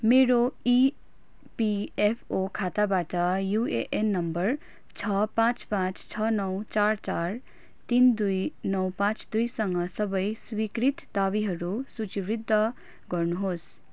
मेरो इपिएफओ खाताबाट UAN number छ पाँच पाँच छ नौ चार चार तिन दुई नौ पाँच दुईसँग सबै स्वीकृत दाबीहरू सूचीवृद्ध गर्नुहोस्